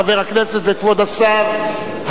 חבר הכנסת וכבוד השר,